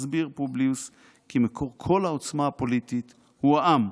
מסביר פובליוס כי מקור כל העוצמה הפוליטית הוא העם,